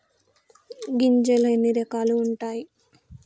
గింజలు ఎన్ని రకాలు ఉంటాయి?